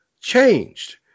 changed